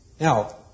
Now